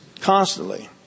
constantly